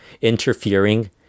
interfering